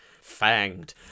Fanged